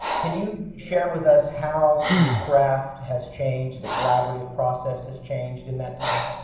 can you share with us how your craft has changed, the collaborative process has changed in that time?